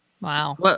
Wow